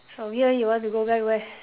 from here you want to go back where